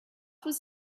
was